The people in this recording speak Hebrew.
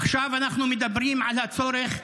עכשיו אנחנו מדברים על הצורך,